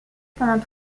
pendant